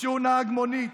שהוא נהג מונית.